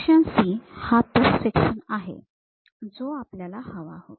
section C हा तो section आहे जो आपल्याला हवा होता